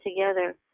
together